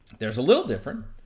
there's a little different,